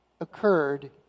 occurred